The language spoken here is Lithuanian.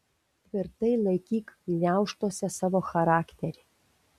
tvirtai laikyk gniaužtuose savo charakterį